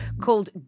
called